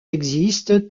existent